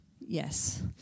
Yes